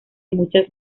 muchas